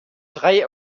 drei